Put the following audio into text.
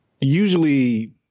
usually